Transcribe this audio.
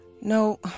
No